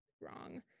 wrong